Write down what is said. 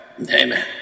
Amen